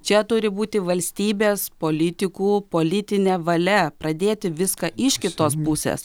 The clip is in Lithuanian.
čia turi būti valstybės politikų politinė valia pradėti viską iš kitos pusės